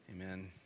Amen